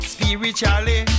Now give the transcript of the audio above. Spiritually